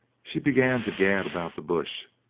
she began to gad about the bush.